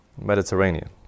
Mediterranean